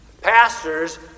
Pastors